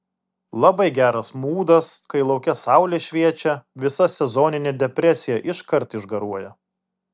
labai geras mūdas kai lauke saulė šviečia visa sezoninė depresija iškart išgaruoja